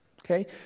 okay